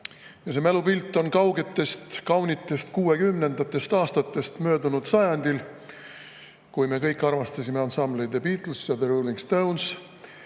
Ja see mälupilt on kaugetest kaunitest kuuekümnendatest aastatest möödunud sajandil, kui me kõik armastasime ansambleid The Beatles ja The Rolling Stones.